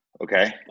Okay